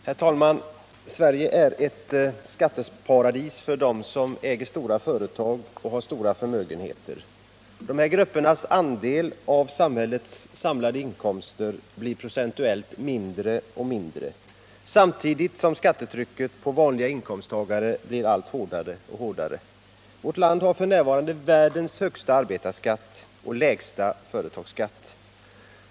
Herr talman! Sverige är ett skatteparadis för dem som äger stora företag och har stora förmögenheter. Dessa gruppers andel av samhällets samlade skatteinkomster blir procentuellt mindre och mindre samtidigt som skattetrycket på vanliga inkomsttagare blir allt hårdare. Vårt land har f.n. världens högsta arbetarskatt och världens lägsta företagsskatt.